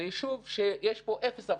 זה יישוב שיש בו אפס אבטלה,